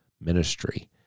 ministry